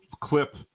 clip